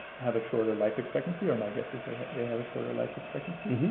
have a shorter life expectancy, or my guess is they they have a shorter life expectancy,